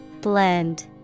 Blend